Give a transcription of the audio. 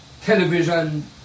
television